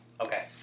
Okay